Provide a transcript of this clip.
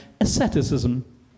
Asceticism